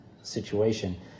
situation